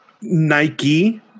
Nike